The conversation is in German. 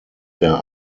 der